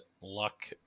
luck